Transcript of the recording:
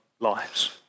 lives